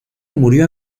murió